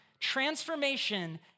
Transformation